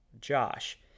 Josh